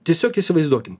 tiesiog įsivaizduokim